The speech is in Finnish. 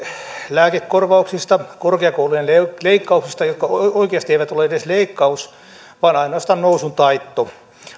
lääkekorvauksista korkeakoulujen leikkauksista jotka oikeasti eivät olleet edes leikkaus vaan ainoastaan nousun taitto